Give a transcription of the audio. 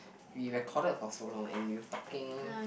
we recorded for so long and you're talking